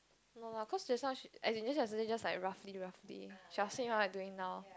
no lah cause just now she as in she yesterday just roughly roughly she asking what I'm doing now